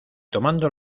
tomando